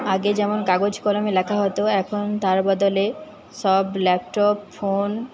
আগে যেমন কাগজ কলমে লেখা হতো এখন তার বদলে সব ল্যাপটপ ফোন